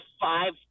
five